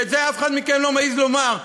ואת זה אף אחד מכם לא מעז לומר.